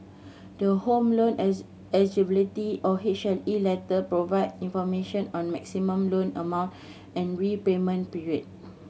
the Home Loan Eligibility or H L E letter provide information on maximum loan amount and repayment period